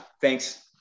thanks